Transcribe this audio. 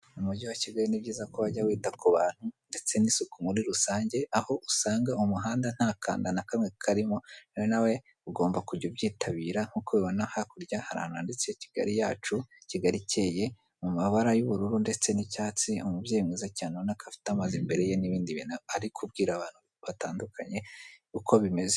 Umujyi wa Kigali ni byiza ko wajya wita kubantu ndetse n'isuku muri rusange aho usanga umuhanda ntakanda nakamwe karimo rero nawe ugomba kujya ubyitabira nkuko ubibona hakurya hari ahantu handitse Kigali yacu Kigali ikeye mu mabara y'ubururu n'icyatsi uyu mubyeyi mwiza cyane urabona ko afite amazi imbere ye n'ibindi bintu ari kubwira bantu batandukanye uko bimeze.